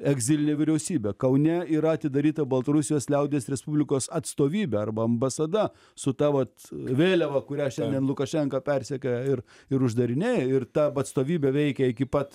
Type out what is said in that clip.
egzilinė vyriausybė kaune yra atidaryta baltarusijos liaudies respublikos atstovybė arba ambasada su ta vat vėliava kurią šiandien lukašenka persekioja ir ir uždarinėja ir ta atstovybė veikė iki pat